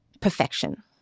perfection